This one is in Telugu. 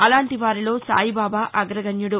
అలాంటి వారిలో సాయిబాబా అగ్రగణ్యుడు